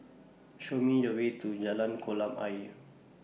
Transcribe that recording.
Show Me The Way to Jalan Kolam Ayer